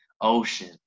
Ocean